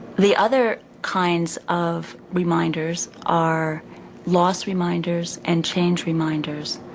the other kinds of reminders are loss reminders and change reminders.